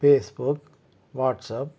Facebook WhatsApp